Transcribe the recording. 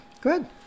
Good